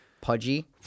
Pudgy